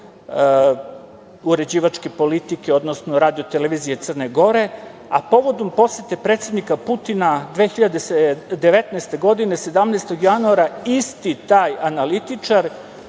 uređivačke politike, odnosno Radio-televizije Crne Gore a povodom posete predsednika Putina 2019. godine 17. januara isti taj analitičar